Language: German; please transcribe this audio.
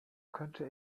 könnte